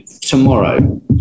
tomorrow